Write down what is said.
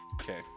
Okay